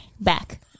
back